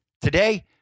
Today